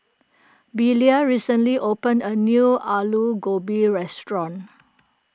Belia recently opened a new Alu Gobi restaurant